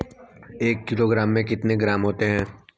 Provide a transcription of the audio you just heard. एक किलोग्राम में कितने ग्राम होते हैं?